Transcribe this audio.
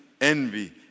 envy